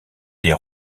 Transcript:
des